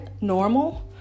normal